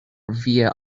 via